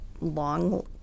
long